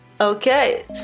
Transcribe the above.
Okay